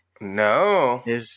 No